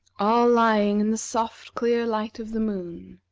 all lying in the soft clear light of the moon.